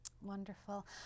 Wonderful